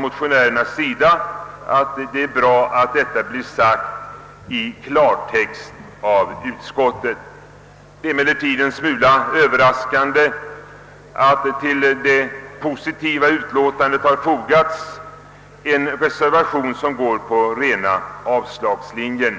Motionärerna tycker att det är bra att detta blir sagt i klartext av utskottet. Det är emellertid en smula överraskande att till det positiva utlåtandet har fogats en reservation som går på rena avslagslinjen.